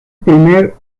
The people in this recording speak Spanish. primer